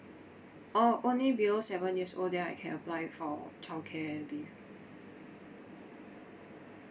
orh only below seven years old then I can apply for childcare leave